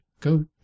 Go